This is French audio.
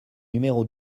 numéro